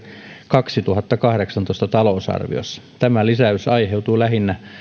kaksituhattakahdeksantoista talousarviossa tämä lisäys aiheutuu lähinnä